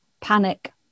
panic